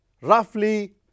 roughly